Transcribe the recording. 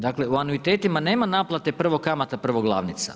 Dakle u anuitetima nema naplate prvo kamata, prvo glavnica.